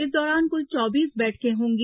इस दौरान कुल चौबीस बैठकें होंगी